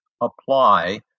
apply